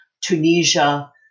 Tunisia